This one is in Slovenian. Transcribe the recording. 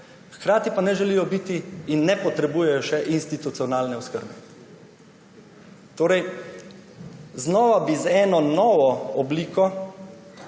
hkrati pa ne želijo biti in ne potrebujejo še institucionalne oskrbe. Znova bi z eno novo obliko